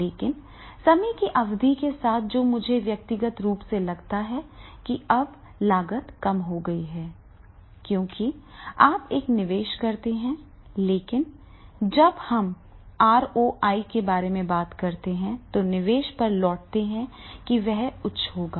लेकिन समय की अवधि के साथ जो मुझे व्यक्तिगत रूप से लगता है कि अब लागत कम हो गई है क्योंकि आप एक निवेश करते हैं लेकिन जब हम आरओआई के बारे में बात करते हैं तो निवेश पर लौटते हैं और फिर वह उच्च होगा